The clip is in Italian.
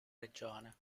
regione